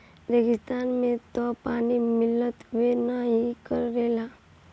रेगिस्तान में तअ पानी मिलबे नाइ करेला